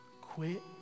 Quit